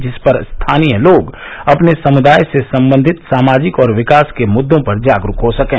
जिस पर स्थानीय लोग अपने समुदाय से संबंधित सामाजिक और विकास के मुद्दों पर जागरूक हो सकें